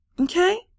Okay